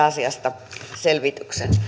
asiasta selvityksen